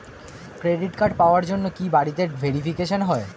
Credit card পাওয়ার জন্য কি বাড়িতে ভেরিফিকেশন হয়?